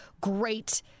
great